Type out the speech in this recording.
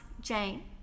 Jane